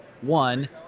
one